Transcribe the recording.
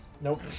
Nope